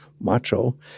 macho